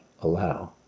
allow